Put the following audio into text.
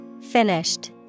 Finished